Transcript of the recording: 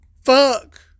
fuck